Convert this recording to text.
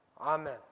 Amen